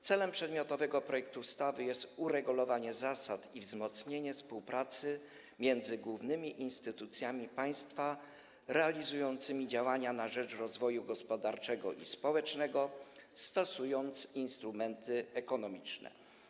Celem przedmiotowego projektu ustawy jest uregulowanie zasad i wzmocnienie współpracy między głównymi instytucjami państwa realizującymi działania na rzecz rozwoju gospodarczego i społecznego, stosującymi instrumenty ekonomiczne.